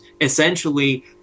essentially